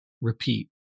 repeat